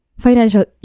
Financial